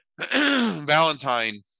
Valentine